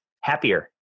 happier